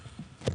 בבקשה.